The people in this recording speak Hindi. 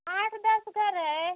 आठ दस घर है